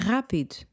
Rápido